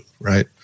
right